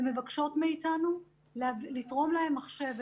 ומבקשות מאיתנו לתרום להם מחשב.